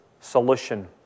solution